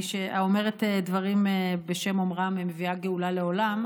האומרת דברים בשם אומרם מביאה גאולה לעולם,